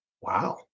wow